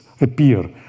appear